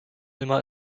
immer